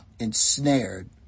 ensnared